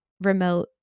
remote